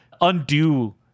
undo